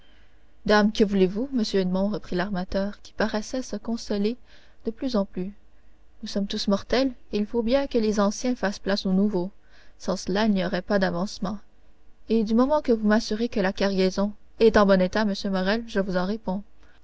dame que voulez-vous monsieur edmond reprit l'armateur qui paraissait se consoler de plus en plus nous sommes tous mortels et il faut bien que les anciens fassent place aux nouveaux sans cela il n'y aurait pas d'avancement et du moment que vous m'assurez que la cargaison est en bon état monsieur morrel je vous en réponds